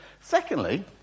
Secondly